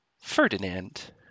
Ferdinand